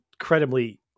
incredibly